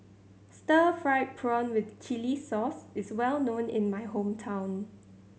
stir fried prawn with chili sauce is well known in my hometown